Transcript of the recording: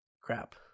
crap